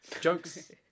Jokes